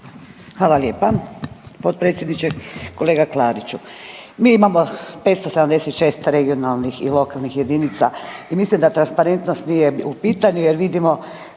Hvala lijepa. Potpredsjedniče, kolega Klariću mi imamo 576 regionalnih i lokalnih jedinica i mislim da transparentnost nije u pitanju jer vidimo